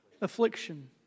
Affliction